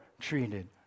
treated